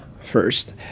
first